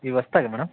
ಈಗ ಹೊಸ್ತಾಗ ಮೇಡಮ್